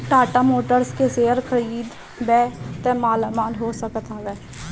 Tata Motors के share खरीदबअ त मालामाल हो सकत हवअ